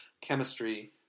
chemistry